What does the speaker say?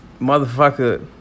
Motherfucker